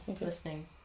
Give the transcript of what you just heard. listening